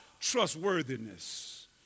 trustworthiness